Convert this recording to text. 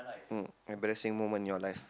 um embarrassing moment in your life